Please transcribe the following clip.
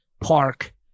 park